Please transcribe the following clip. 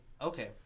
Okay